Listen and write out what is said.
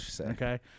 okay